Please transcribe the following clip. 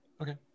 Okay